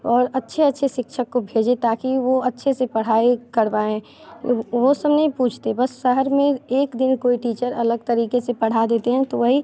और अच्छे अच्छे शिक्षक को भेजें ताकि वो अच्छे से पढ़ाई करवाएँ वो सब नहीं पूछते बस शहर में एक दिन कोई टीचर अलग तरीक़े से पढ़ा देते हैं तो वही